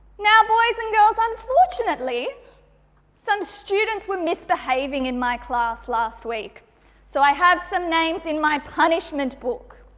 now, boys and girls unfortunately some students were misbehaving in my class last week so i have some names in my punishment book.